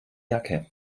jacke